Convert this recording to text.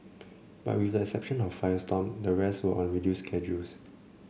but with the exception of firestorm the rest were on reduced schedules